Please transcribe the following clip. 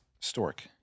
stork